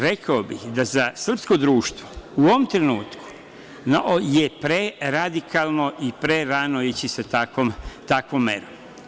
Rekao bih, da za srpsko društvo u ovom trenutku je preradikalno, pre rano ići sa takvom merom.